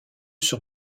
sur